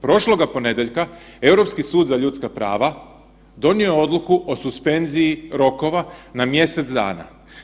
Prošloga ponedjeljka Europski sud za ljudska prava donio je odluku o suspenziji rokova na mjesec dana.